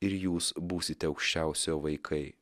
ir jūs būsite aukščiausiojo vaikai